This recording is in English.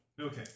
Okay